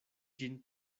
ĝin